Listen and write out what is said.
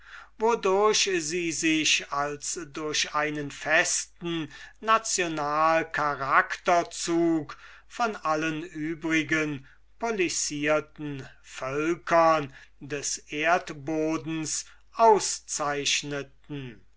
wodurch sie sich als durch einen festen nationalcharakterzug von allen übrigen policierten völkern des erdhodens auszeichneten